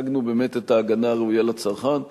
השגנו באמת את ההגנה הראויה לצרכן,